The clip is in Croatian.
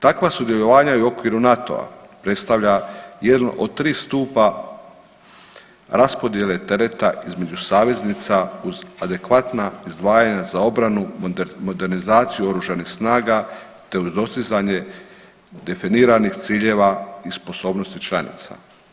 Takva sudjelovanja i u okviru NATO-a predstavlja jedno od tri stupa raspodjele tereta između saveznica uz adekvatna izdvajanja za obranu, modernizaciju oružanih snaga te uz dostizanje definiranih ciljeva i sposobnosti članica.